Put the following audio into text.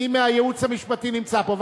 מי מהייעוץ המשפטי נמצא פה?